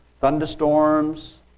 Thunderstorms